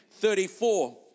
34